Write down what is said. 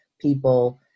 people